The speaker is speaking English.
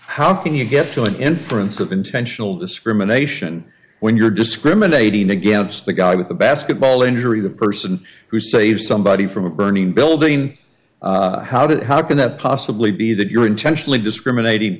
how can you get to an inference of intentional discrimination when you're discriminating against the guy with a basketball injury the person who saves somebody from a burning building how did how can that possibly be that you're intentionally discriminating